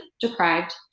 deprived